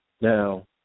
Now